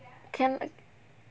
can I c~